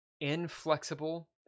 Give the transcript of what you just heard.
inflexible